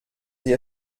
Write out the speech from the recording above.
sie